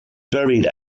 buried